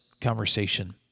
conversation